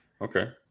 okay